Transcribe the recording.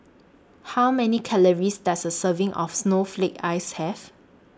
How Many Calories Does A Serving of Snowflake Ice Have